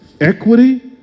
equity